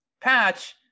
Patch